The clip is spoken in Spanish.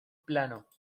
plano